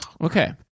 Okay